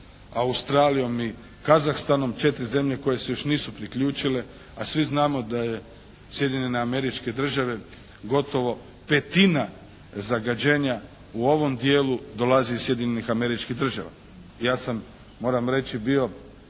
Australijom i Kazahstanom, 4 zemlje koje se još nisu priključile a svi znamo da je Sjedinjene Američke Države gotovo petina zagađenja u ovom dijelu dolazi iz Sjedinjenih Američkih Država. Ja sam moram reći bio